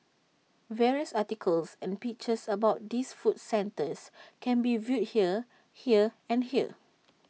various articles and pictures about this food centre can be viewed here here and here